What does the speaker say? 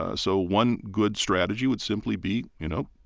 ah so one good strategy would simply be, you know,